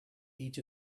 each